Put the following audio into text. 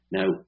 Now